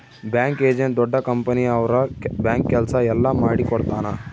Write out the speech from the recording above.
bank agent ದೊಡ್ಡ company ಅವ್ರ bank ಕೆಲ್ಸ ಎಲ್ಲ ಮಾಡಿಕೊಡ್ತನ